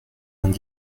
vingt